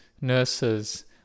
nurses